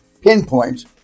pinpoint